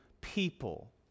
people